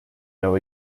know